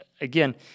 again